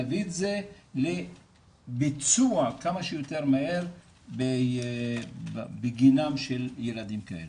נביא את זה לביצוע כמה שיותר מהר בגינם של ילדים כאלה.